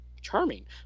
charming